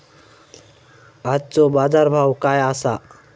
आजचो बाजार भाव काय आसा?